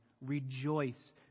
rejoice